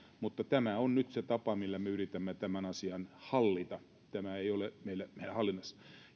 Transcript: mutta tämä on nyt se tapa millä me yritämme tämän asian hallita tämä ei ole täysin meidän hallinnassamme